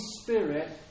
Spirit